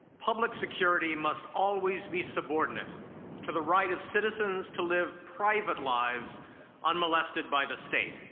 public security must always be subordinate to the right of citizens to live private lives unmolested by the state.